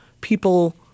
people